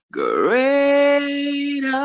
great